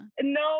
no